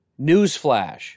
Newsflash